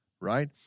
right